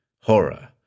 horror